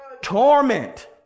torment